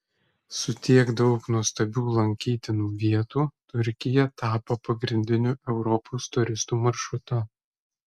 su tiek daug nuostabių lankytinų vietų turkija tapo pagrindiniu europos turistų maršrutu